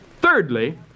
Thirdly